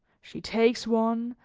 she takes one,